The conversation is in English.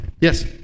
yes